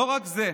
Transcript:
לא רק זה,